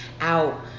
out